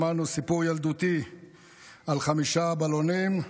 שמענו סיפור ילדותי על חמישה בלונים,